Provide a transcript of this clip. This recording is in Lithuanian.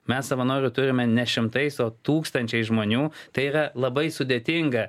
mes savanorių turime ne šimtais o tūkstančiai žmonių tai yra labai sudėtinga